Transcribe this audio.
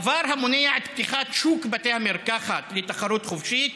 דבר המונע את פתיחת שוק בתי המרקחת לתחרות חופשית